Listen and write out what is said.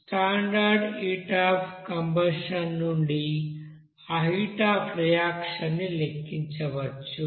standard heat of combustion నుండి ఆ heat of reaction ని లెక్కించవచ్చు